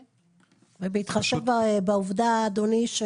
אדוני, 200 שקלים